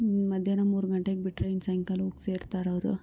ಹ್ಞೂ ಮಧ್ಯಾಹ್ನ ಮೂರು ಗಂಟೆಗೆ ಬಿಟ್ರೆ ಇನ್ನು ಸಾಯಂಕಾಲ ಹೋಗಿ ಸೇರ್ತಾರವರು